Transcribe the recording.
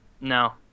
No